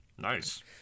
Nice